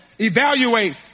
evaluate